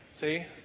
See